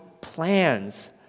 plans